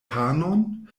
panon